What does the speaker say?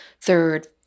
third